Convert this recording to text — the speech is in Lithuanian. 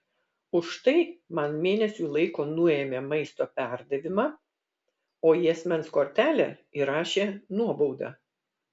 už tai man mėnesiui laiko nuėmė maisto perdavimą o į asmens kortelę įrašė nuobaudą